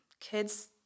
kids